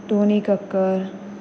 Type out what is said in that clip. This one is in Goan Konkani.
टोनी कक्कर